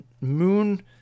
moon